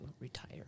retire